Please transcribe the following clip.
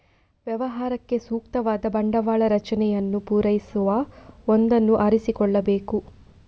ವ್ಯವಹಾರಕ್ಕೆ ಸೂಕ್ತವಾದ ಬಂಡವಾಳ ರಚನೆಯನ್ನು ಪೂರೈಸುವ ಒಂದನ್ನು ಆರಿಸಿಕೊಳ್ಳಬೇಕು